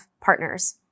partners